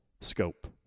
scope